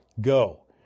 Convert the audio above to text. Go